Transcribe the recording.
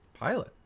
pilot